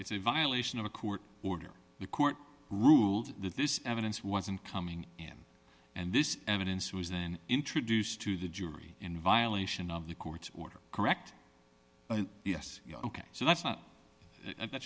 it's a violation of a court order the court ruled that this evidence wasn't coming in and this evidence was then introduced to the jury in violation of the court's order correct yes ok so that's not that